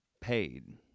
paid